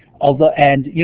although and you